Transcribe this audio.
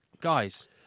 guys